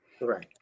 Right